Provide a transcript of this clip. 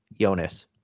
Jonas